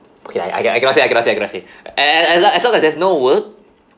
okay lah I can~ I cannot say I cannot say I cannot say a~ a~ as long as long as there's no work